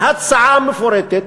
הצעה מפורטת